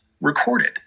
recorded